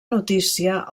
notícia